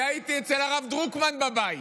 והייתי אצל הרב דרוקמן בבית.